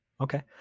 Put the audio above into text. Okay